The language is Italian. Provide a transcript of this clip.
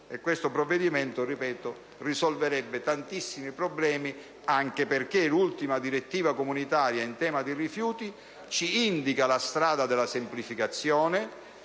Questo provvedimento, ripeto, risolverebbe tantissimi problemi, anche perché l'ultima direttiva comunitaria in tema di rifiuti ci indica la strada della semplificazione